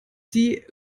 die